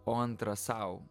o antra sau